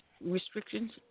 restrictions